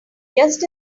just